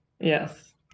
Yes